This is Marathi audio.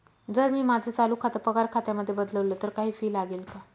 जर मी माझं चालू खातं पगार खात्यामध्ये बदलवल, तर काही फी लागेल का?